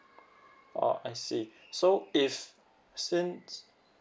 oh I see so if since